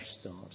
start